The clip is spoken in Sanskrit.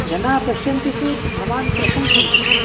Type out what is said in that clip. जनाः पश्यन्ति चेत् भवान् प्रशंसन्ति